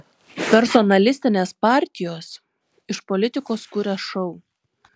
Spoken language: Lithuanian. personalistinės partijos iš politikos kuria šou